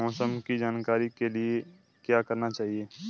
मौसम की जानकारी के लिए क्या करना चाहिए?